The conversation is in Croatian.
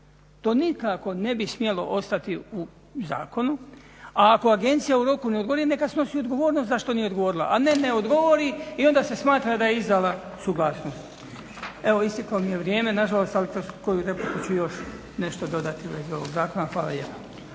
To nikako ne bi smjelo ostati u zakonu, a ako agencija u roku ne odgovori, neka snosi odgovornost zašto nije odgovorila, a ne ne odgovori i onda se smatra da je izdala suglasnost. Evo, isteklo mi je vrijeme nažalost, ali kroz koju repliku ću još nešto dodati u vezi ovog zakona. Hvala lijepa.